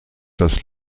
das